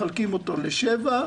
מחלקים אותו לשבע.